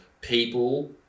people